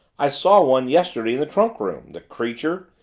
i saw one yesterday in the trunk room the creature!